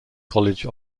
college